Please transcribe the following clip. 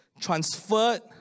transferred